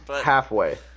Halfway